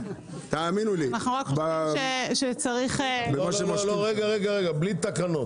זה צריך להיות עם תקנות